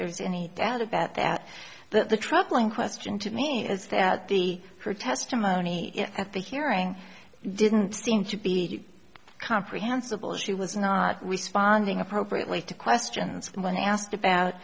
there's any doubt about that that the troubling question to me is that the her testimony at the hearing didn't seem to be comprehensible she was not responding appropriately to questions when asked about